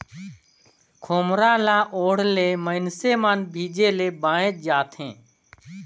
खोम्हरा ल ओढ़े ले मइनसे मन भीजे ले बाएच जाथे